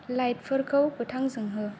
light फोरखौ गोथां जोंहो